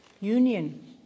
union